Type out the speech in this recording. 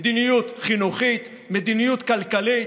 מדיניות חינוכית, מדיניות כלכלית.